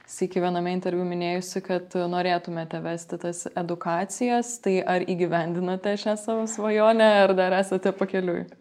sykį viename interviu minėjusi kad norėtumėte vesti tas edukacijas tai ar įgyvendinate šią savo svajonę ar dar esate pakeliui